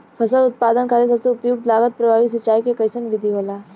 फसल उत्पादन खातिर सबसे उपयुक्त लागत प्रभावी सिंचाई के कइसन विधि होला?